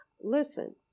listen